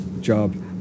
job